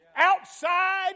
Outside